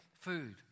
food